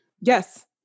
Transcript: Yes